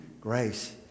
grace